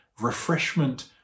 Refreshment